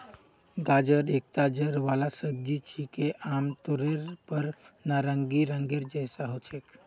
गाजर एकता जड़ वाला सब्जी छिके, आमतौरेर पर नारंगी रंगेर जैसा ह छेक